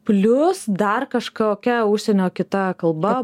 plius dar kažkokia užsienio kita kalba